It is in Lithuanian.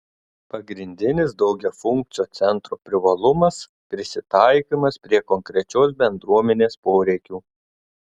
pagrindinis daugiafunkcio centro privalumas prisitaikymas prie konkrečios bendruomenės poreikių